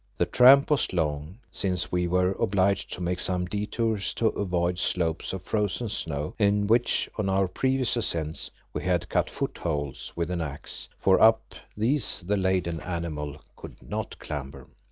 the tramp was long since we were obliged to make some detours to avoid slopes of frozen snow in which, on our previous ascents, we had cut footholds with an axe, for up these the laden animal could not clamber.